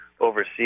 overseas